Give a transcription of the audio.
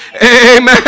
Amen